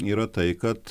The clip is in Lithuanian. yra tai kad